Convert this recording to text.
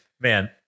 Man